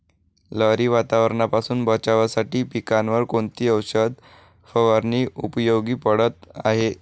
लहरी वातावरणापासून बचावासाठी पिकांवर कोणती औषध फवारणी उपयोगी पडत आहे?